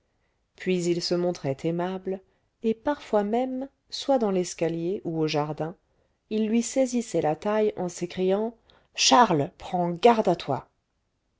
puis il se montrait aimable et parfois même soit dans l'escalier ou au jardin il lui saisissait la taille en s'écriant charles prends garde à toi